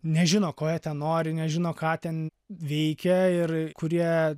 nežino ko jie ten nori nežino ką ten veikia ir kurie